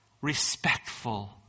Respectful